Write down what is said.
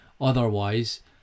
Otherwise